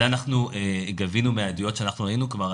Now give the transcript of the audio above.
זה אנחנו גבינו מהעדויות שאנחנו ראינו כבר.